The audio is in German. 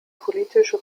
politische